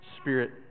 spirit